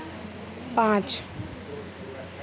पाँच